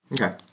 Okay